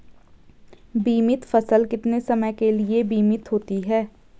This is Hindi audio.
बीमित फसल कितने समय के लिए बीमित होती है?